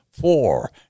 four